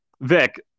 Vic